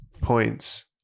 points